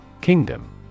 Kingdom